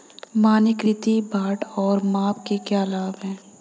मानकीकृत बाट और माप के क्या लाभ हैं?